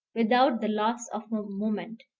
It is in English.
without the loss of a moment.